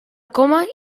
coma